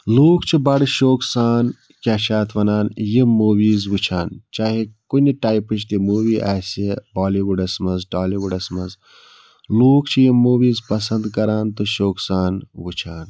لوٗکھ چھِ بَڈٕ شوقہٕ سان کیٛاہ چھِ اتھ وَنان یِم موٗویٖز وُچھان چاہے کُنہِ ٹایپٕچ تہِ موٗوی آسہِ بالی وُڈَس منٛز ٹالی وُڈَس منٛز لوٗکھ چھِ یِم موٗویٖز پَسنٛد کَران تہٕ شوقہٕ سان وُچھان